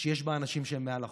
שיש בה אנשים שהם מעל החוק.